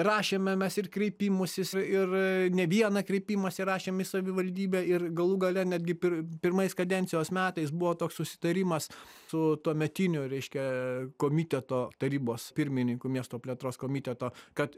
rašėme mes ir kreipimusis ir ne vieną kreipimąsi rašėm į savivaldybę ir galų gale netgi per pirmais kadencijos metais buvo toks susitarimas su tuometiniu reiškia komiteto tarybos pirmininku miesto plėtros komiteto kad